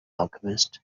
alchemist